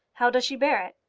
how does she bear it?